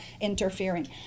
interfering